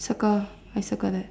circle I circle that